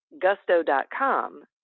gusto.com